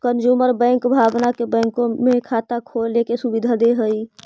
consumer bank भावना के बैंकों में खाता खोले के सुविधा दे हइ